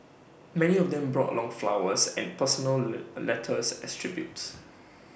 many of them brought along flowers and personal le letters as tributes